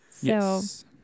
Yes